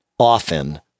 often